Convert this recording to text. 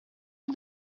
are